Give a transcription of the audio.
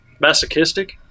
Masochistic